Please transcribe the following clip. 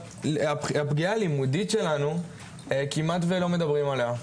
הפגיעה הלימודית שלנו כמעט ולא מדברים עליה,